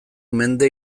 mende